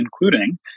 including